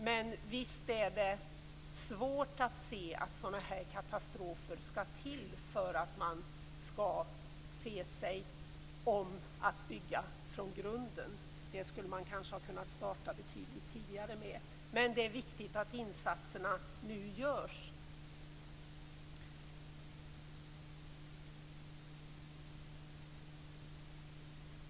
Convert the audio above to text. Men visst är det svårt att se att sådana här katastrofer skall till för att man skall se nödvändigheten att bygga från grunden. Det skulle man kanske ha kunnat starta med betydligt tidigare. Men det är viktigt att insatserna nu görs.